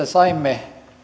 saimme